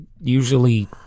usually